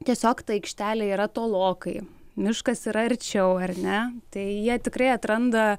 tiesiog ta aikštelė yra tolokai miškas yra arčiau ar ne tai jie tikrai atranda